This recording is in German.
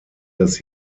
das